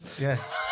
yes